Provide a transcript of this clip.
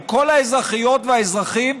אבל כל האזרחיות והאזרחים